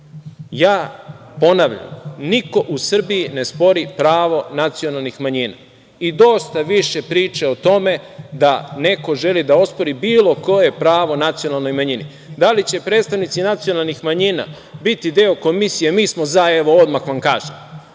Ja ponavljam, niko u Srbiji ne spori pravo nacionalnih manjina i dosta više priče o tome da neko želi da ospori bilo koje pravo nacionalnoj manjini. Da li će predstavnici nacionalnih manjina biti komisije? Mi smo za, evo odmah vam kažem,